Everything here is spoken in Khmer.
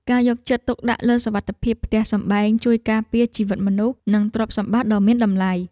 ការយកចិត្តទុកដាក់លើសុវត្ថិភាពផ្ទះសម្បែងជួយការពារជីវិតមនុស្សនិងទ្រព្យសម្បត្តិដ៏មានតម្លៃ។